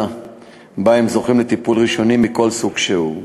שבה הם זוכים לטיפול ראשוני מכל סוג שהוא.